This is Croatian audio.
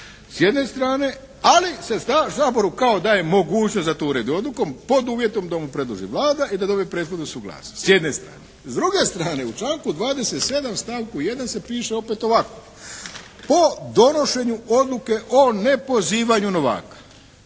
s jedne strane, ali se Saboru kao daje mogućnost da to uredi odlukom pod uvjetom da mu predloži Vlada i da dobije prethodnu suglasnost s jedne strane. S druge strane, u članku 27. stavku 1. se piše opet ovako. Po donošenju odluke o nepozivanju novaka.